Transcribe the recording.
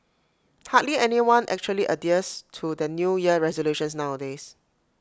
hardly anyone actually adheres to their New Year resolutions nowadays